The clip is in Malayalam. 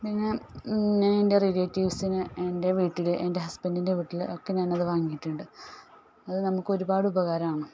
പിന്നെ എൻ്റെ റിലേറ്റീവ്സിൻ്റെ എൻ്റെ വീട്ടിൽ എൻ്റെ ഹസ്ബൻറ്റിൻ്റെ വീട്ടിൽ ഒക്കെ നമ്മൾ വാങ്ങിയിട്ടുണ്ട് അത് നമുക്ക് ഒരുപാട് ഉപകാരമാണ്